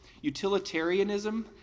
Utilitarianism